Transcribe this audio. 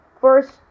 first